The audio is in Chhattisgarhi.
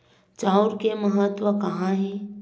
चांउर के महत्व कहां हे?